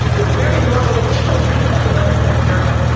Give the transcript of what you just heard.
they were very adorable little children. but it was kind of terrifying.